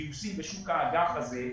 גיוסים בשוק האג"ח הזה,